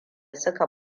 suka